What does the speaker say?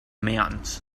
mountains